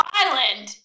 island